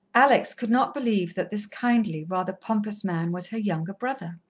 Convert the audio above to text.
alex could not believe that this kindly, rather pompous man was her younger brother.